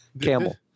Camel